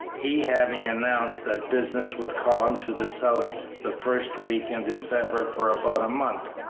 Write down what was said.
he having announced that business would call him to the south the first week in december for about a month,